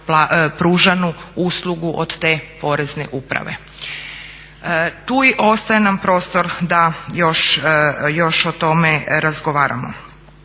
pružanu uslugu od te Porezne uprave. Tu ostaje nam prostor da još o tome razgovaramo.